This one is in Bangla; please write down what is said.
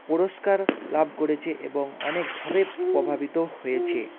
পুরষ্কার লাভ করেছে এবং অনেকভাবে প্রভাবিত হয়েছে